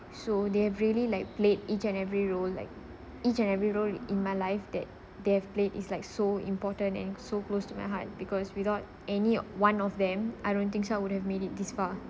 so they have really like played each and every role like each and every role in my life that they have played is like so important and so close to my heart because without any one of them I don't think so I would have made it this far